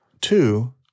two